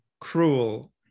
cruel